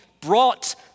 brought